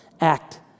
act